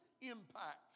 impact